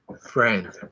friend